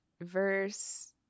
verse